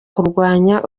kurwanya